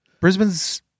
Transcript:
Brisbane's